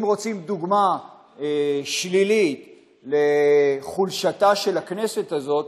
אם רוצים דוגמה שלילית לחולשתה של הכנסת הזאת,